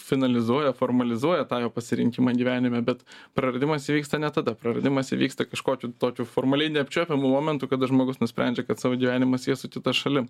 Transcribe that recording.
finalizuoja formalizuoja tą jo pasirinkimą gyvenime bet praradimas įvyksta ne tada praradimas įvyksta kažkokiu tokiu formaliai neapčiuopiamu momentu kada žmogus nusprendžia kad savo gyvenimą sies su kita šalim